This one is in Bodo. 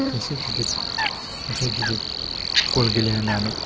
एसे गिदिर निफ्राय गिदिर गल गेलेहोनानै